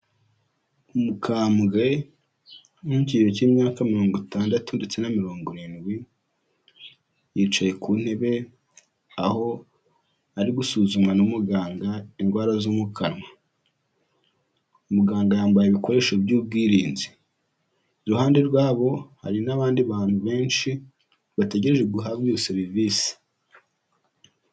Umukambwe wo mu kigero cy'imyaka mirongo itandatu ndetse na mirongo irindwi, yicaye ku ntebe aho ari gusuzumwa n'umuganga indwara zo mu kanwa, muganga yambaye ibikoresho by'ubwirinzi, iruhande rwabo hari n'abandi bantu benshi bategereje guhabwa iyo serivisi.